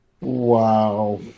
Wow